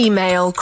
Email